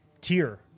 tier